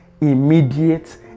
immediate